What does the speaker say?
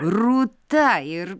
rūta ir